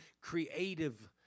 creative